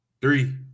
Three